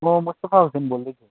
म मुस्तफा हुसैन बोल्दैछु